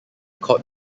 called